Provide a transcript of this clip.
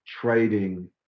trading